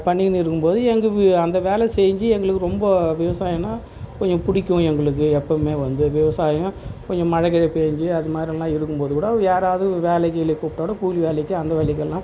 பண்ணிக்கினு இருக்கும்போது எங்கள் அந்த வேலை செஞ்சு எங்களுக்கு ரொம்ப விவசாயன்னால் கொஞ்சம் பிடிக்கும் எங்களுக்கு எப்போவுமே வந்து விவசாயம் கொஞ்சம் மழை கிழை பேஞ்சு அதுமாதிரில்லாம் இருக்கும்போது கூட யாராவது வேலைக்கு கீலைக்கு கூப்பிட்டாக்கூட கூலி வேலைக்கு அந்த வேலைக்கெல்லாம்